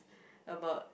about